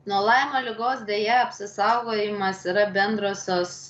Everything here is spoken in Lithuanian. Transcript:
nuo laimo ligos deja apsisaugojimas yra bendrosios